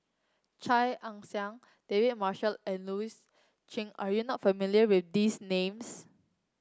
Chia Ann Siang David Marshall and Louis Chen are you not familiar with these names